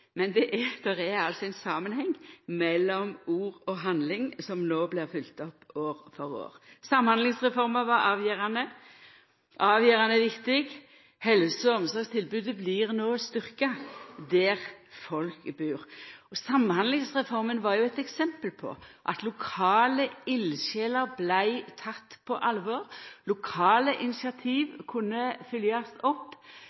men det er altså ein samanheng mellom ord og handling som nå blir fylgt opp år for år. Samhandlingsreforma var avgjerande viktig. Helse- og omsorgstilbodet blir nå styrkt der folk bur. Samhandlingsreforma var eit eksempel på at lokale ildsjeler blei tekne på alvor, lokale initiativ kunne fylgjast opp,